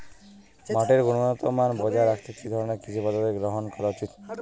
মাটির গুনগতমান বজায় রাখতে কি ধরনের কৃষি পদ্ধতি গ্রহন করা উচিৎ?